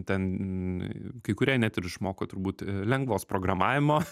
ten kai kurie net ir išmoko turbūt lengvos programavimo